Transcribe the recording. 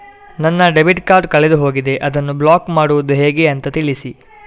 ನನ್ನ debit card ಕಳೆದು ಹೋಗಿದೆ, ಅದನ್ನು ಬ್ಲಾಕ್ ಮಾಡುವುದು ಹೇಗೆ ಅಂತ ತಿಳಿಸಿ?